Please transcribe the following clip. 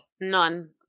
None